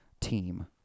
team